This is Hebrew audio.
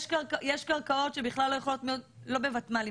יש קרקעות שבכלל לא יכולות לא בוותמ"לים,